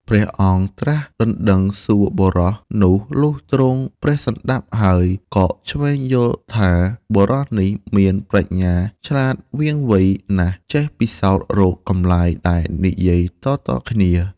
ព្រះអង្គត្រាស់ដណ្ដឹងសួរបុរសនោះ លុះទ្រង់ព្រះសណ្ដាប់ហើយ ក៏ឈ្វេងយល់ថា បុរសនេះមានប្រាជ្ញាឆ្លាតវាងវៃណាស់ ចេះពិសោធរកកម្លាយដែលនិយាយតៗគ្នា ។